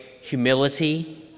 humility